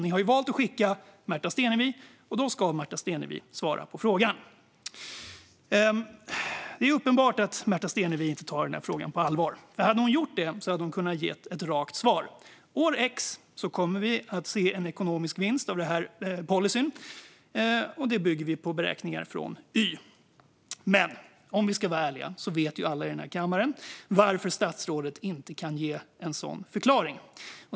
Nu har man valt att skicka Märta Stenevi, och då ska Märta Stenevi svara på frågan. Det är uppenbart att Märta Stenevi inte tar den här frågan på allvar, för om hon hade gjort det hade hon kunnat ge ett rakt svar: År X kommer vi att se en ekonomisk vinst av den här policyn, och det bygger vi på beräkningar från Y. Men om vi ska vara ärliga vet ju alla i den här kammaren varför statsrådet inte kan ge en sådan förklaring.